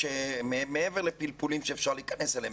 מעבר לפלפולים שאפשר להיכנס אליהם,